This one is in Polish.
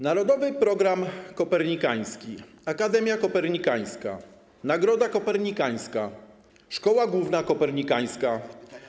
Narodowy Program Kopernikański, Akademia Kopernikańska, Nagroda Kopernikańska, szkoła główna kopernikańska.